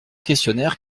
questionnaire